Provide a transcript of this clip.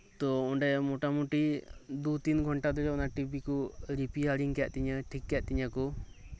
ᱛᱚ ᱚᱸᱰᱮ ᱢᱚᱴᱟ ᱢᱩᱴᱤ ᱫᱩ ᱛᱤᱱ ᱜᱷᱚᱱᱴᱟ ᱛᱮᱜᱤ ᱚᱱᱟ ᱴᱤᱵᱷᱤᱠᱚ ᱨᱤᱯᱤᱭᱟᱨᱤᱝ ᱠᱮᱫ ᱛᱤᱧᱟᱹ ᱴᱷᱤᱠ ᱠᱮᱫ ᱛᱤᱧᱟᱹᱠᱚ